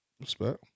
Respect